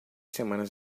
semanas